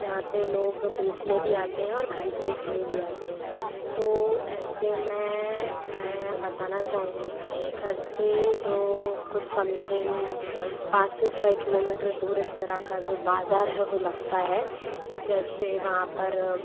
जहाँ पर लोग बेचने भी आते हैं और ख़रीदने भी आते हैं तो ऐसे मैं मैं बताना चाहूँगी कि घर से जो कुछ समथिंग पाँच से छः किलोमीटर दूर इस तरह का जो बाज़ार है वो लगता है जैसे वहाँ पर